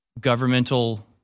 governmental